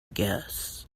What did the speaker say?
guess